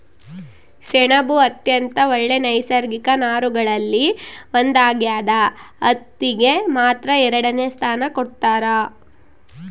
ಸೆಣಬು ಅತ್ಯಂತ ಒಳ್ಳೆ ನೈಸರ್ಗಿಕ ನಾರುಗಳಲ್ಲಿ ಒಂದಾಗ್ಯದ ಹತ್ತಿಗೆ ಮಾತ್ರ ಎರಡನೆ ಸ್ಥಾನ ಕೊಡ್ತಾರ